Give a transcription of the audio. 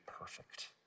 perfect